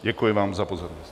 Děkuji vám za pozornost.